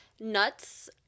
nuts